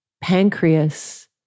pancreas